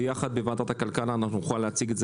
ויחד בוועדת הכלכלה נוכל להציג את זה